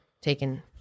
taken